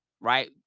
right